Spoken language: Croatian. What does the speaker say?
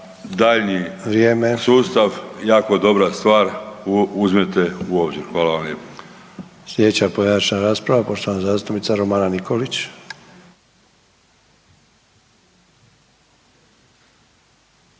daljnji sustav jako dobra stvar, uzmete u obzir. Hvala vam